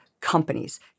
companies